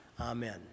Amen